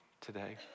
today